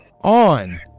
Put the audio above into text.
on